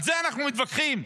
על זה אנחנו מתווכחים?